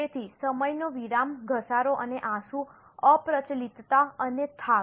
તેથી સમયનો વિરામ ઘસારો અને આંસુ અપ્રચલિતતા અને થાક